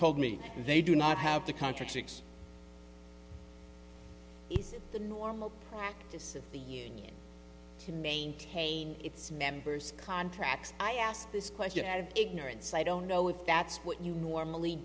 told me they do not have the contract six it's the normal practice of the union to maintain its members contracts i ask this question out of ignorance i don't know if that's what you normally